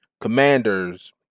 commanders